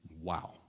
wow